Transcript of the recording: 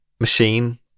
machine